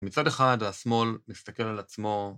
מצד אחד, השמאל, מסתכל על עצמו.